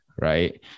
right